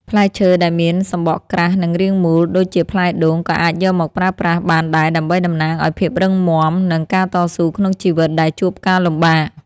ផ្លែឈើដែលមានសម្បកក្រាស់និងរាងមូលដូចជាផ្លែដូងក៏អាចយកមកប្រើប្រាស់បានដែរដើម្បីតំណាងឱ្យភាពរឹងមាំ និង ការតស៊ូក្នុងជីវិតដែលជួបការលំបាក។